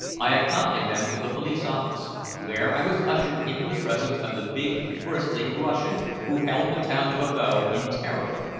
i accompanied them to the police-office, where i was ushered into the presence of the big, bristly russian who held the town of abo in terror,